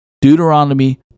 Deuteronomy